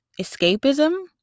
escapism